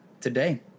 today